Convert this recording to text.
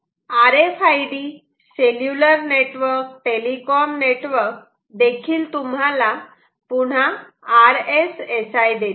R F ID cellular network telecom network देखील तुम्हाला पुन्हा RSSI देते